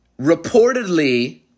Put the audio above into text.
reportedly